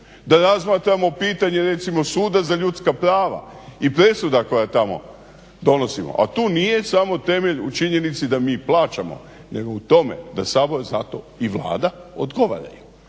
da razmatramo pitanje recimo Suda za ljudska prava i presuda koja je tamo donosimo, a tu nije samo temelj u činjenici da mi plaćamo nego u tome da Sabor zato i Vlada odgovaraju.